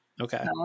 okay